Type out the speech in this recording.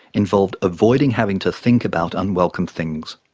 involved avoiding having to think about unwelcome things.